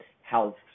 health